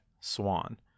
swan